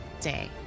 day